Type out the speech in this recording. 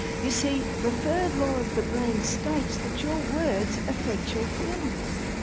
you see, the third law of the brain states that your words effect your feelings.